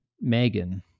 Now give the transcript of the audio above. megan